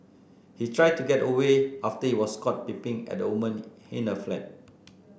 he tried to get away after he was caught peeping at a woman in her flat